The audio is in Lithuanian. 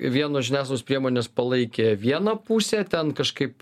vienos žiniasklaidos priemonės palaikė vieną pusę ten kažkaip